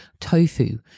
tofu